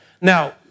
Now